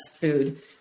food